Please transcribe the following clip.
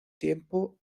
tiempo